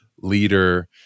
leader